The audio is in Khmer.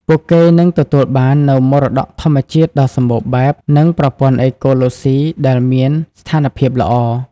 ពួកគេនឹងទទួលបាននូវមរតកធម្មជាតិដ៏សម្បូរបែប និងប្រព័ន្ធអេកូឡូស៊ីដែលមានស្ថានភាពល្អ។